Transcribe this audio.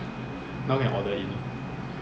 now can order in